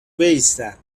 بایستم